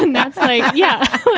and that's right. yeah.